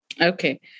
Okay